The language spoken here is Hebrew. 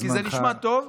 כי זה נשמע טוב.